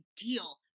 deal